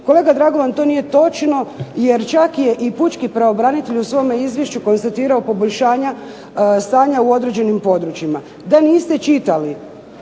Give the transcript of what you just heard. Kolega Dragovan to nije točno, jer čak je i pučki pravobranitelj konstatirao poboljšanja stanja u određenim područjima. Da niste čitali